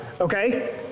Okay